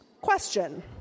question